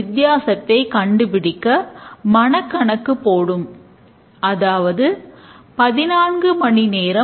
செயல்பாட்டுப் பிரித்தறிதலை செய்கிறோம்